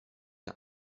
der